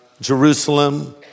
Jerusalem